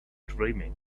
dreaming